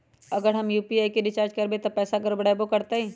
अगर हम यू.पी.आई से रिचार्ज करबै त पैसा गड़बड़ाई वो करतई?